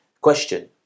Question